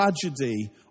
tragedy